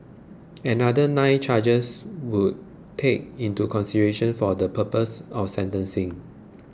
and another nine chargers were take into consideration for the purpose of sentencing